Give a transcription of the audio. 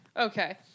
okay